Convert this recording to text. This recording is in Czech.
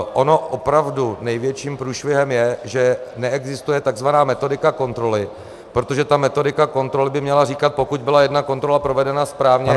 Ono opravdu největším průšvihem je, že neexistuje takzvaná metodika kontroly, protože ta metodika kontroly by měla říkat pokud byla jedna kontrola provedena správně